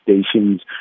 stations